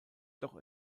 doch